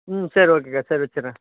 ம் சரி ஓகேக்கா சரி வச்சிடுறேன்